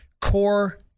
core